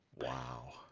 Wow